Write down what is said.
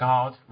God